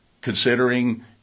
considering